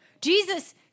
Jesus